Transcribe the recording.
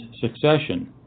succession